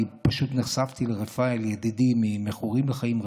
אני פשוט נחשפתי לידידי רפאל מ"מכורים לחיים",